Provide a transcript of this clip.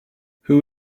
who